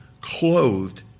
clothed